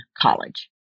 College